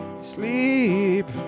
sleep